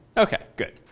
ok, good.